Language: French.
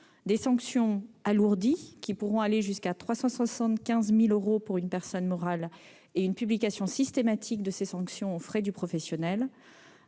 des sanctions alourdies pouvant aller jusqu'à 375 000 euros pour une personne morale et une publication systématique de ces sanctions aux frais du professionnel,